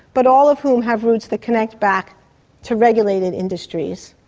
but all of whom have roots that connect back to regulated industries.